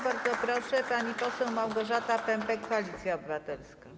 Bardzo proszę, pani poseł Małgorzata Pępek, Koalicja Obywatelska.